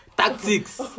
tactics